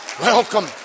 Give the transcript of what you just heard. Welcome